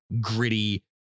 gritty